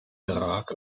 irak